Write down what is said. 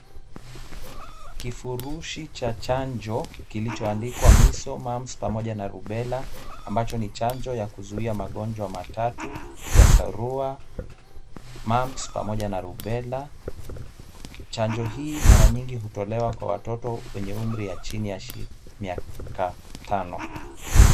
Kifurushi cha chanjo, kilichoandikwa, measles, mams na rubella ,ambacho ni chanjo ya kuzuia magonjwa matatu, ya sarua, mams pamoja na rubella . Chanjo hii mara nyingi hutolewa kwa watoto wenye umri ya chini ya shii, miaka tano.